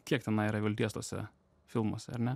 kiek tenai yra vilties tose filmuose ar ne